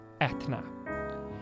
Ethna